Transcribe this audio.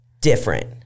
different